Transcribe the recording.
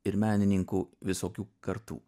ir menininkų visokių kartų